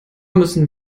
müssen